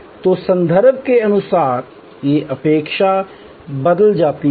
तो संदर्भ के अनुसार ये अपेक्षा बदल जाती है